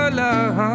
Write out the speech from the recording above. love